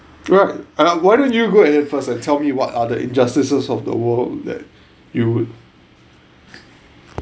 right uh why don't you go ahead first and tell me what are the injustices of the world that you would